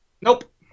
Nope